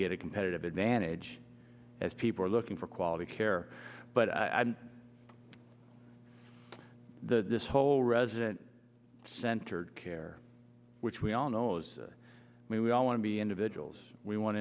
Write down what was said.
get a competitive advantage as people are looking for quality care but this whole resident centered care which we all know as we all want to be individuals we w